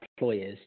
employers